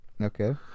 Okay